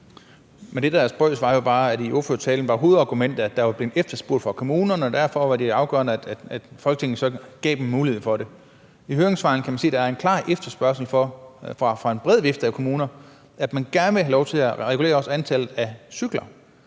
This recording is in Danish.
Men det, der er spøjst, var jo bare, at i ordførertalen var hovedargumentet, at det var blevet efterspurgt fra kommunerne, og derfor var det afgørende, at Folketinget så gav dem mulighed for det. I høringssvarene kan man se, at der er en klar efterspørgsel fra en bred vifte af kommuner, fordi de gerne vil have lov til at regulere også antallet af cykler.